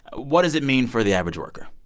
what does it mean for the average worker?